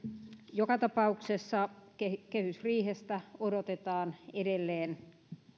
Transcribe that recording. joka tapauksessa kehysriihestä odotetaan edelleen